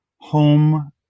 home